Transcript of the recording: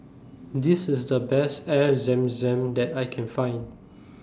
This IS The Best Air Zam Zam that I Can Find